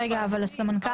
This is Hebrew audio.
--- התאגיד